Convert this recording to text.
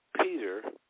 Peter